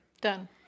Done